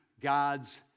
God's